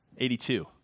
82